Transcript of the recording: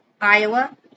iowa